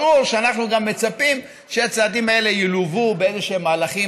ברור שאנחנו גם מצפים שהצעדים האלה גם ילוו איזשהם מהלכים